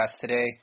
today